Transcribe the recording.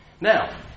Now